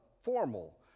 formal